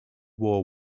war